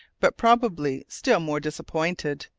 but probably still more disappointed.